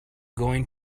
going